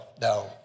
no